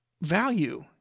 value